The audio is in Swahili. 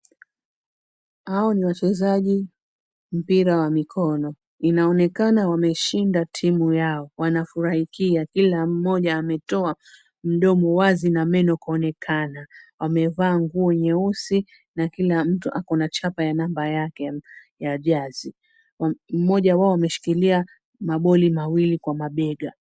Hao ni wachezaji mpira wa mikono. Inaonekana wameshinda timu yao, wanafurahikia. Kila mmoja ametoa mdomo wazi na meno kuonekana. Wamevaa nguo nyeusi na kila mtu ako na chapa ya namba yake ya jersey . Mmoja wao ameshikilia maboli mawili kwa mabega.